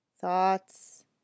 Thoughts